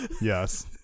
Yes